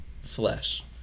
flesh